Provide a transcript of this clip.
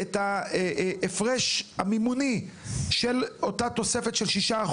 את ההפרש המימוני של אותה תוספת של 6%,